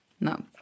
No